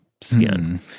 Skin